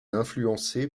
influencé